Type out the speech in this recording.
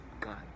god